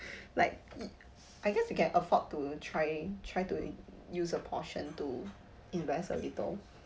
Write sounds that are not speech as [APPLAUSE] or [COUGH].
[BREATH] like I guess you can afford to try try to use a portion to invest a little